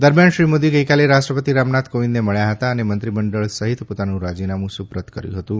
દરમિયાન શ્રી મોદી ગઇકાલે રાષ્ટ્રપતિ રામનાથ કોવિંદને મળ્યા હતા અને મંત્રીમંડળ સહિત પોતાનું રાજીનામું સુપ્રત કર્યું હતું